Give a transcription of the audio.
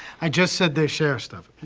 i just said they share stuff.